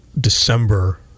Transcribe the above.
December